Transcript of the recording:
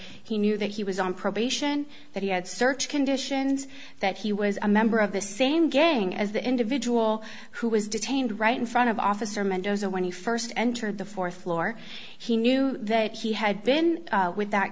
he knew that he was on probation that he had search conditions that he was a member of the same gang as the individual who was detained right in front of officer mendoza when he st entered the th floor he knew that he had been with